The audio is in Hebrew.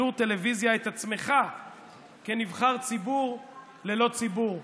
בשידור טלוויזיה, כנבחר ציבור ללא ציבור.